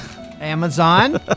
Amazon